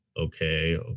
okay